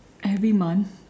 every month